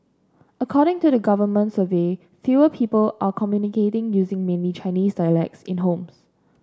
according to a government survey fewer people are communicating using mainly Chinese dialects in homes